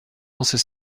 lancer